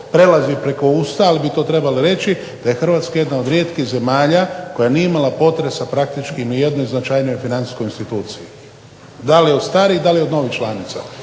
prelazi preko usta, ali bi to trebalo reći da je Hrvatska jedna od rijetkih zemalja koja nije imala potresa praktički ni u jednoj značajnijoj financijskoj instituciji. Da li od starih da li od novih članica.